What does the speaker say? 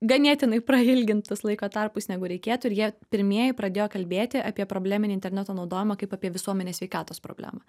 ganėtinai prailgintus laiko tarpus negu reikėtų ir jie pirmieji pradėjo kalbėti apie probleminį interneto naudojimą kaip apie visuomenės sveikatos problemą